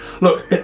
Look